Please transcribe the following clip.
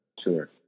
Sure